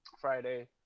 Friday